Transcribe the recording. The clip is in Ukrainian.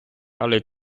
але